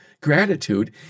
gratitude